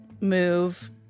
move